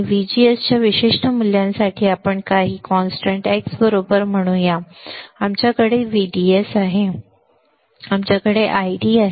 व्हीजीएसच्या विशिष्ट मूल्यासाठी आपण काही स्थिर x बरोबर म्हणूया की आमच्याकडे व्हीडीएस आहे आमच्याकडे आयडी आहे